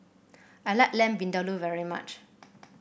I like Lamb Vindaloo very much